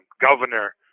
governor